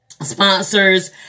sponsors